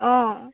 অঁ